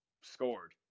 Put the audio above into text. scored